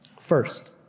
first